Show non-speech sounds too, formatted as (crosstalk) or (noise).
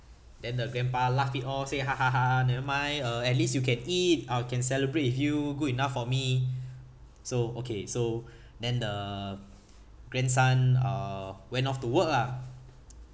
then the grandpa laugh it all say (laughs) never mind uh at least you can eat I can celebrate with you good enough for me so okay so then the grandson uh went off to work lah